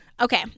Okay